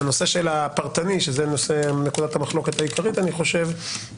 הנושא של הפרטני זה נקודת המחלוקת העיקרית אני חושב,